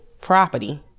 property